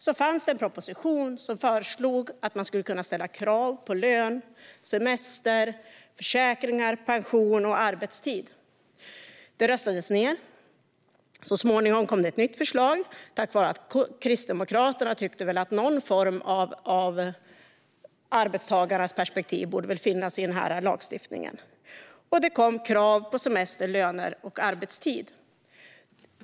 Det fanns en proposition som föreslog att man skulle kunna ställa krav på lön, semester, försäkringar, pension och arbetstid. Det förslaget röstades ned. Så småningom kom ett nytt förslag tack vare att Kristdemokraterna tyckte att någon form av arbetstagarperspektiv borde finnas i lagstiftningen. Det kom krav på semester, löner och arbetstid.